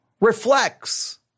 reflects